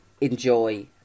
enjoy